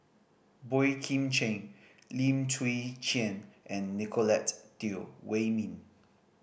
Boey Kim Cheng Lim Chwee Chian and Nicolette Teo Wei Min